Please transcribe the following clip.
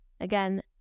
Again